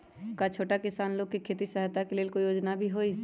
का छोटा किसान लोग के खेती सहायता के लेंल कोई योजना भी हई?